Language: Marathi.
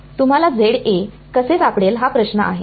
तुम्हाला कसे सापडेल हा प्रश्न आहे